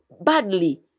badly